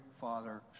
father